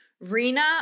Rina